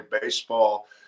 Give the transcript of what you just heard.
baseball